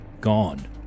gone